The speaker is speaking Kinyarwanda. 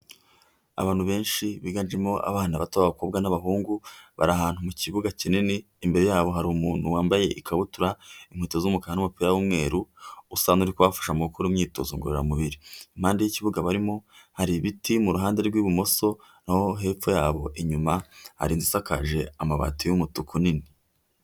Abantu benshi biganjemo abana bato b'abakobwa n'abahungu, bari ahantu mu kibuga kinini, imbere yabo hari umuntu wambaye ikabutura, inkweto z'umukara n'umupira w'umweru, usa n'uri kubafasha mu gukora imyitozo ngororamubiri. Impande y'ikibuga barimo, hari ibiti mu ruhande rw'ibumoso, naho hepfo yabo inyuma, hari inzu isakaje amabati y'umutuku nini.